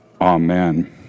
Amen